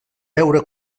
veure